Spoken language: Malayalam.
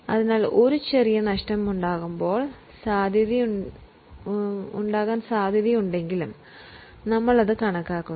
അതിനാൽ ഒരു ചെറിയ നഷ്ടസാധ്യതയുണ്ടെങ്കിലും അതു നമ്മൾ കണക്കാക്കുന്നു